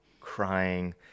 crying